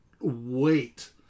wait